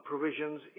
provisions